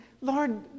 Lord